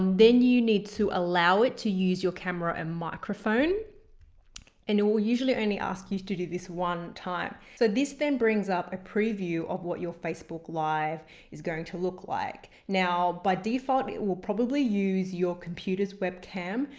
then you need to allow it to use your camera and microphone and it will usually only ask you to do this once time. so this then brings up a preview of what your facebook live is going to look like. now, by default it will probably use your computer's webcam,